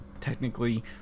technically